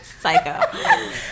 Psycho